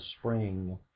spring